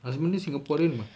husband dia singaporean [pe]